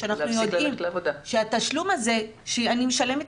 כשאנחנו יודעים שהתשלום הזה שאני משלמת